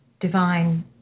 divine